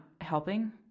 helping